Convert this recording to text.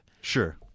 Sure